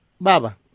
Baba